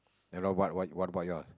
then what what what about yours